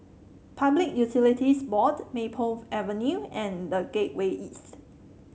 Public Utilities Board Maple Avenue and The Gateway East